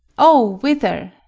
o, whither?